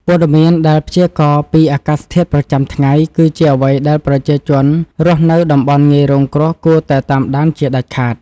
ព័ត៌មានដែលព្យាករណ៍ពីអាកាសធាតុប្រចាំថ្ងៃ គឺជាអ្វីដែលប្រជាជនរស់នៅតំបន់ងាយរងគ្រោះគួរតែតាមដានជាដាច់ខាត។